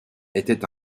était